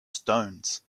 stones